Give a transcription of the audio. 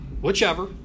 Whichever